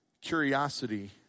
curiosity